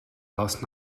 last